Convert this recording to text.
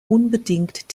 unbedingt